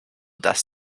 dass